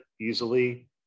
easily